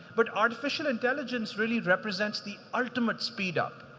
but artificial intelligence really represents the ultimate speed up.